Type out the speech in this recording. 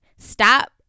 Stop